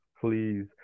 Please